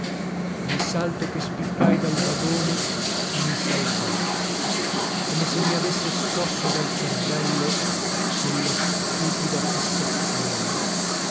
il salto che spiccai dal vagone mi salvò come se mi avesse scosso dal cervello quella stupida fissazione